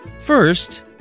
First